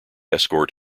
escort